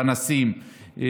פנסים,